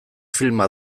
filma